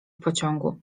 pociągu